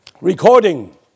recording